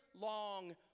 long